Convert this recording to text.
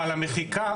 אבל המחיקה,